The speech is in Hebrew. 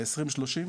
ל-2030,